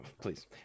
please